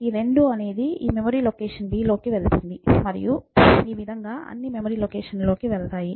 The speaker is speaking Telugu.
ఈ 2 అనేది ఈ మెమరీ లొకేషన్ b లోకి వెళుతుంది మరియు ఈ విధంగా అన్ని మెమరీ లొకేషన్ లో కి వెళతాయి